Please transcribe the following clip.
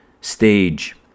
stage